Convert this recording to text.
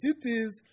cities